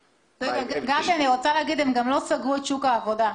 אני רוצה להוסיף שהם גם לא סגרו את שוק העבודה.